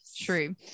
True